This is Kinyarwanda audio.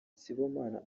sibomana